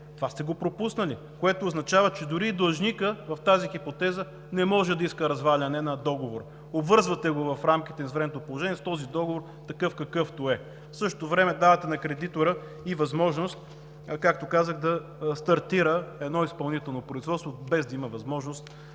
Това сте го пропуснали, което означава, че дори и длъжникът в тази хипотеза не може да иска разваляне на договора. Обвързвате го в рамките на извънредното положение с този договор такъв, какъвто е. В същото време давате на кредитора и възможност, както казах, да стартира едно изпълнително производство, без да има възможност